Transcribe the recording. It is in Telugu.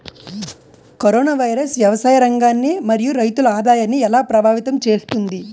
కరోనా వైరస్ వ్యవసాయ రంగాన్ని మరియు రైతుల ఆదాయాన్ని ఎలా ప్రభావితం చేస్తుంది?